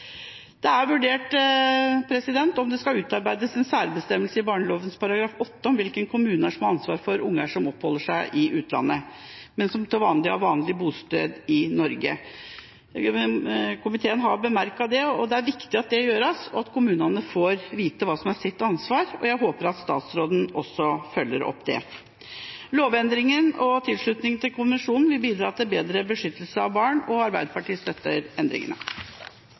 Det er vurdert om det skal utarbeides en særbestemmelse i barneloven kapittel 8 om hvilken kommune som har ansvar for barn som oppholder seg i utlandet, men som har vanlig bosted i Norge. Komiteen har merket seg det. Det er viktig at det gjøres, og at kommunene får vite hva som er deres ansvar. Jeg håper at statsråden også følger opp dette. Lovendringene og tilslutning til konvensjonen vil bidra til bedre beskyttelse av barn, og Arbeiderpartiet støtter endringene.